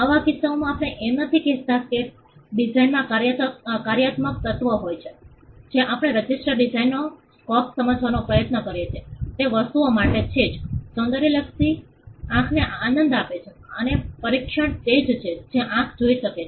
આવા કિસ્સાઓમાં આપણે એમ નથી કહેતા કે ડિઝાઇનમાં કાર્યાત્મક તત્વ હોય છે જે આપણે રજિસ્ટર્ડ ડિઝાઇનનો સ્કોપ સમજવાનો પ્રયત્ન કરીએ છીએ તે વસ્તુઓ માટે છે જે સૌંદર્યલક્ષી આંખને આનંદ આપે છે અને પરીક્ષણ તે જ છે જે આંખ જોઈ શકે છે